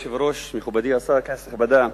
כבוד היושב-ראש, מכובדי השר, כנסת נכבדה,